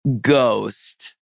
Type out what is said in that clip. Ghost